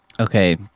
Okay